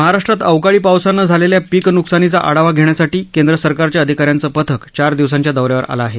महाराष्ट्रात अवकाळी पावसानं झालेल्या पीक न्कसानीचा आढावा घेण्यासाठी केंद्र सरकारच्या अधिकाऱ्यांचं पथक चार दिवसांच्या दौऱ्यावर आलं आहे